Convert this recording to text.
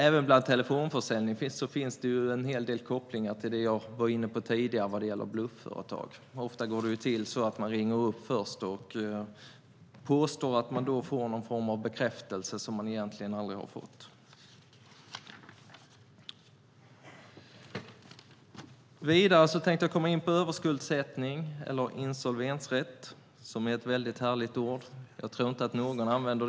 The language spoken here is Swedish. Även vid telefonförsäljning finns kopplingar till blufföretag. Ofta ringer företaget upp och påstår sedan att man fått en bekräftelse som man aldrig fått. Överskuldsättning kallas också insolvens, men det ordet använder nog ingen i dagligt tal.